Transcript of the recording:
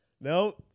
no